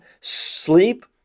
sleep